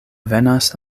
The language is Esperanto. venas